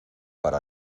para